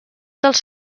dels